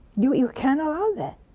you you can't allow that.